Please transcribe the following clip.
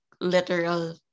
literal